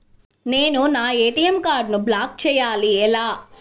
నేను నా ఏ.టీ.ఎం కార్డ్ను బ్లాక్ చేయాలి ఎలా?